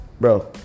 bro